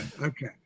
okay